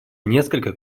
несколько